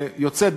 הישראלי.